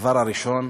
הדבר הראשון: